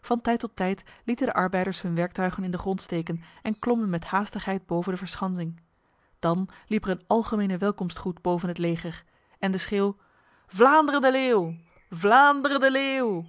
van tijd tot tijd lieten de arbeiders hun werktuigen in de grond steken en klommen met haastigheid boven de verschansing dan liep er een algemene welkomstgroet boven het leger en de schreeuw vlaanderen de leeuw vlaanderen de leeuw